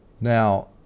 Now